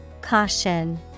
Caution